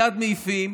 מייד מעיפים,